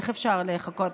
איך אפשר לחכות?